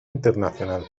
internacional